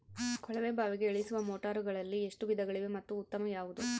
ಕೊಳವೆ ಬಾವಿಗೆ ಇಳಿಸುವ ಮೋಟಾರುಗಳಲ್ಲಿ ಎಷ್ಟು ವಿಧಗಳಿವೆ ಮತ್ತು ಉತ್ತಮ ಯಾವುದು?